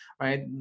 right